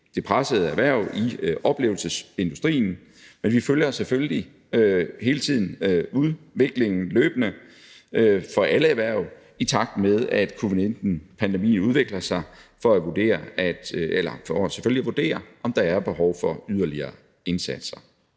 de pressede erhverv i oplevelsesindustrien, men vi følger selvfølgelig hele tiden udviklingen løbende for alle erhverv, i takt med at covid-19-pandemien udvikler sig, for at vurdere, om der er behov for yderligere indsatser.